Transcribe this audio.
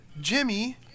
Jimmy